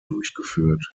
durchgeführt